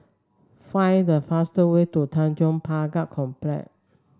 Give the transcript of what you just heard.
find the fastest way to Tanjong Pagar Complex